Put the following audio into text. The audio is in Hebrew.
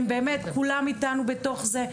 כולם איתנו בתוך זה.